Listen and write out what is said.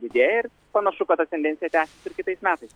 didėja ir panašu kad ta tendencija tęsis ir kitais metais